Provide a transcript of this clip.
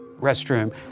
restroom